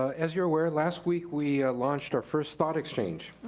as you're aware, last week we launched our first thought exchange.